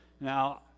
Now